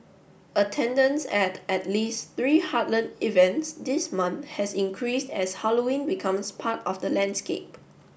attendance at at least three heartland events this month has increased as Halloween becomes part of the landscape